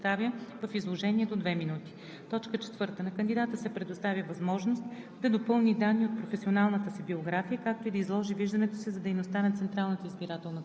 Комисията по правни въпроси изслушва вносителя на предложението, по поредността на внасянето му, като кандидатът се представя в изложение до 2 минути. 4. На кандидата се предоставя възможност